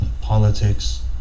politics